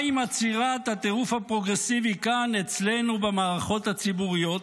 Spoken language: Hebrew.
מה עם עצירת הטירוף הפרוגרסיבי כאן אצלנו במערכות הציבוריות?